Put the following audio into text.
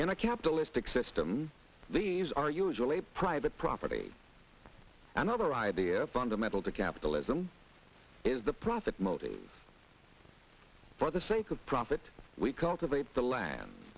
in a capitalistic system these are usually private property another idea fundamental to capitalism is the profit motive it's for the sake of profit we cultivate the land